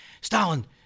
Stalin